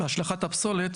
בהשלכת הפסולת,